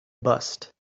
bust